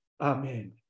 Amen